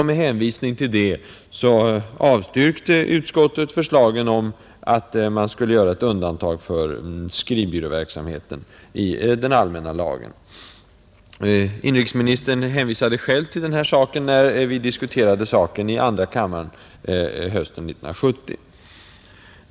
Med hänvisning till detta avstyrkte utskottet förslagen om att man i den allmänna lagen skulle göra ett undantag för skrivbyråverksamhet. Inrikesministern hänvisade själv till denna möjlighet när vi diskuterade frågan i andra kammaren hösten 1970.